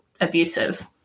abusive